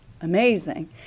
amazing